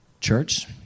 Church